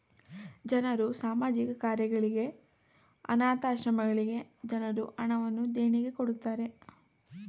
ಜನರು ಸಾಮಾಜಿಕ ಕಾರ್ಯಗಳಿಗೆ, ಅನಾಥ ಆಶ್ರಮಗಳಿಗೆ ಜನರು ಹಣವನ್ನು ದೇಣಿಗೆ ಕೊಡುತ್ತಾರೆ